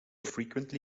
frequently